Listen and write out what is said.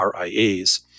RIAs